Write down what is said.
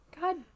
God